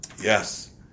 yes